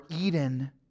Eden